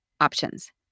options